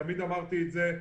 תמיד אמרתי את זה.